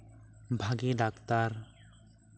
ᱵᱷᱟᱜᱮ ᱰᱟᱠᱛᱟᱨ